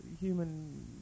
human